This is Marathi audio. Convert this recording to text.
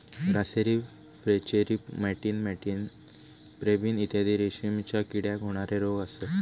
ग्रासेरी फ्लेचेरी मॅटिन मॅटिन पेब्रिन इत्यादी रेशीमच्या किड्याक होणारे रोग असत